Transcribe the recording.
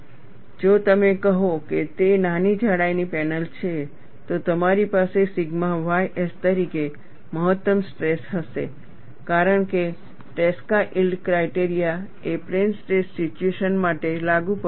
અને જો તમે કહો કે તે નાની જાડાઈની પેનલ છે તો તમારી પાસે સિગ્મા ys તરીકે મહત્તમ સ્ટ્રેસ હશે કારણ કે ટ્રેસ્કા યીલ્ડ ક્રાઇટેરિયા એ પ્લેન સ્ટ્રેસ સિચ્યુએશન માટે લાગુ પડે છે